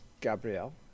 Gabrielle